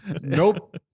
Nope